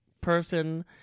person